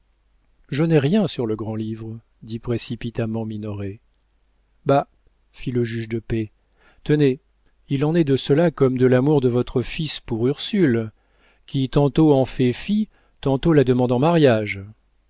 je n'ai rien sur le grand-livre dit précipitamment minoret bah fit le juge de paix tenez il en est de cela comme de l'amour de votre fils pour ursule qui tantôt en fait fi tantôt la demande en mariage